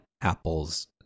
Apple's